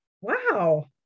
Wow